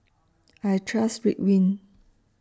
I Trust Ridwind